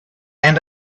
and